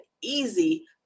easy